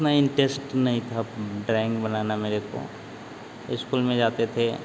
इतना इन्टेस्ट नहीं था ड्राइंग बनाना मेरे को इस्कुल में जाते थे